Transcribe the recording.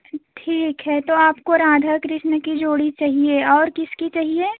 ठीक ठीक है तो आपको राधा कृष्ण की जोड़ी चाहिए और किसकी चाहिए